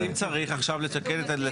אבל אם צריך עכשיו לתקן,